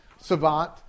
savant